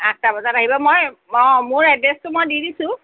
আঠটা বজাত আহিব মই অ মোৰ এড্ৰেছটো মই দি দিছোঁ